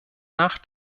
nach